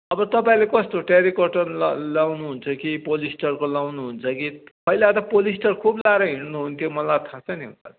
अब तपाईँले कस्तो टेरिकटन ल लगाउनु हुन्छ कि पोलिस्टरको लगाउनु हुन्छ कि पहिला त पोलिस्टर खुब लगाएर हिँड्नु हुन्थ्यो मलाई थाहा छ नि अङ्कल